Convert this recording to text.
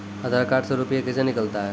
आधार कार्ड से रुपये कैसे निकलता हैं?